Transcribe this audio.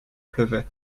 pleuvait